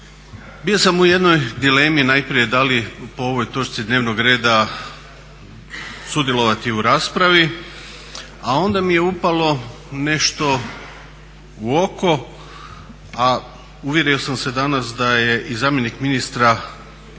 Bio sam u jednoj dilemi najprije da li po ovoj točci dnevnog reda sudjelovati u raspravi, a onda mi je upalo nešto u oko a uvjerio sam se danas da je i zamjenik ministra